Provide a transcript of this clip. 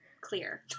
clear